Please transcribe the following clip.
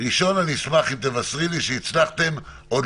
ראשון אני אשמח אם תבשרי לי שהצלחתם עוד